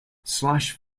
slash